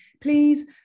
please